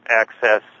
access